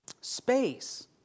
Space